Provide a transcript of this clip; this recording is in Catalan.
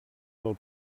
del